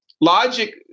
Logic